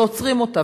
ועוצרים אותה,